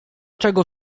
czego